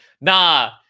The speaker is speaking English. nah